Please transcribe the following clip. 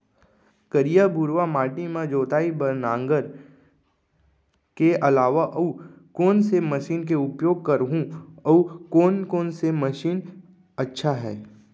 करिया, भुरवा माटी म जोताई बार नांगर के अलावा अऊ कोन से मशीन के उपयोग करहुं अऊ कोन कोन से मशीन अच्छा है?